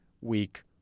weak